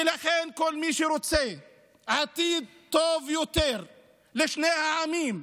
ולכן, כל מי שרוצה עתיד טוב יותר לשני העמים,